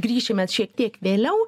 grįšime šiek tiek vėliau